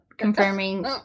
confirming